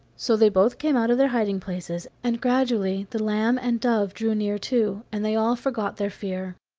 so they both came out of their hiding-places, and gradually the lamb and dove drew near too, and they all forgot their fear.